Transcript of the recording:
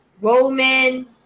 Roman